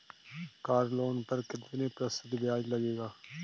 Car loan पर कितने प्रतिशत ब्याज लगेगा?